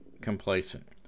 complacent